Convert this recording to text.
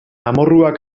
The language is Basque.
amorruak